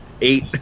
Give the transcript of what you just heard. Eight